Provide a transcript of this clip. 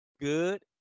good